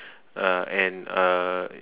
uh and uh